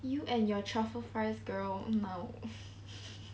you and your truffle fries girl no